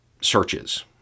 searches